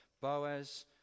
Boaz